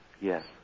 Yes